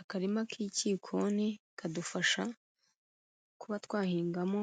Akarima k'igikoni kadufasha kuba twahingamo